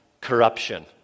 corruption